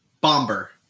Bomber